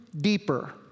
deeper